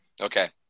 okay